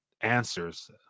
answers